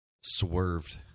swerved